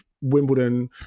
Wimbledon